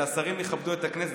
שהשרים יכבדו את הכנסת.